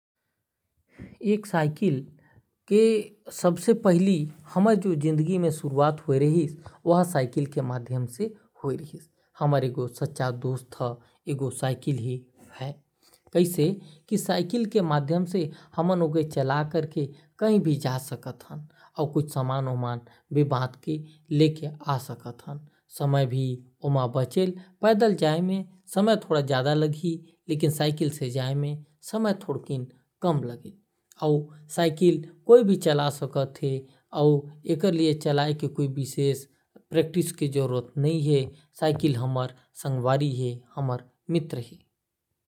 एक साइकिल हमर जीवन के जो सबसे पहला शुरुआत होय रहीस ओहर साइकिल ले हुए रहीस। हमर एक हो सच्चा दोस्त हर साइकिल हर हे है। कोई भी समान ले उमा जा सकत ही और पैदल से अच्छा साइकिल में ही जाना अच्छा लगेल। ऐला चलाए में कठिनाई नहीं है यही हर हमर संगवारी और मित्र हे।